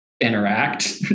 interact